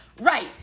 Right